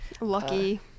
Lucky